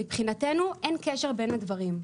מבחינתנו אין קשר בין הדברים.